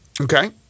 Okay